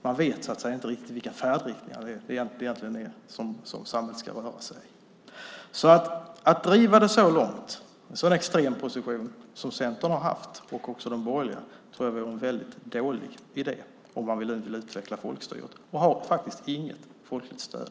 Man vet inte riktigt i vilken färdriktning samhället egentligen ska röra sig. Att driva det så långt och att ha en så extrem position som Centern och de övriga borgerliga haft tror jag vore en väldigt dålig idé om man nu vill utveckla folkstyret. Dessutom har det faktiskt inget folkligt stöd.